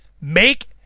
Make